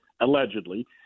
allegedly